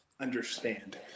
understand